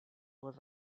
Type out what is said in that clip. was